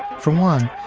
for one,